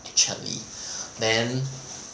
actually then